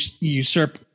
usurp